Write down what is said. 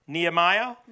Nehemiah